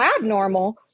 abnormal